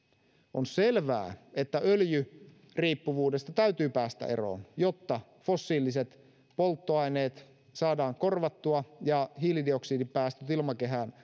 on selvää että öljyriippuvuudesta täytyy päästä eroon jotta fossiiliset polttoaineet saadaan korvattua ja hiilidioksidipäästöt ilmakehään saadaan